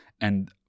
And-